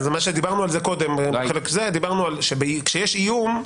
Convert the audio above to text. דיברנו על זה קודם שכאשר יש איום,